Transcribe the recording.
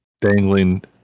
dangling